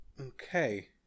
okay